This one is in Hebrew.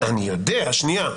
אני יודע, שנייה.